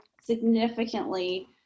significantly